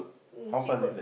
mm speedboat